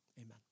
amen